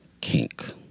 kink